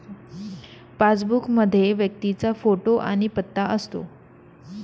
passbook मध्ये व्यक्तीचा photo आणि पत्ता असतो